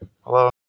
Hello